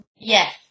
Yes